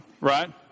right